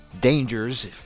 dangers